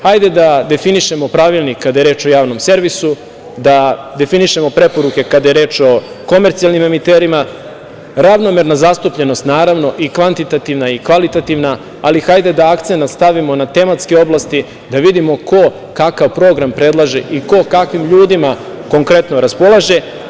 Hajde da definišemo pravilnik kada je reč o Javnom servisu, da definišemo preporuke kada je reč o komercijalnim emiterima, ravnomerna zastupljenost, naravno, i kvantitativna i kvalitativna, ali hajde da akcenat stavimo na tematske oblasti da vidimo ko kakav program predlaže i ko kakvim ljudima konkretno raspolaže.